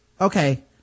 okay